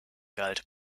galt